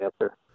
answer